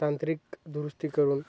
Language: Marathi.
तांत्रिक दुरुस्ती करून